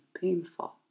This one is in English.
painful